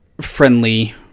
friendly